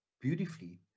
beautifully